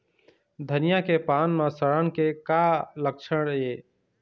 धनिया के पान म सड़न के का लक्षण ये?